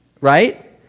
right